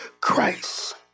Christ